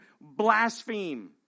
blaspheme